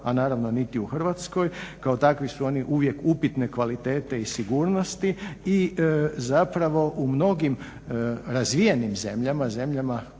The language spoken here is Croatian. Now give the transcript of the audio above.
a naravno niti u Hrvatskoj, kao takvi su oni uvijek upitne kvalitete i sigurnosti. I zapravo u mnogim razvijenim zemljama, zemljama koje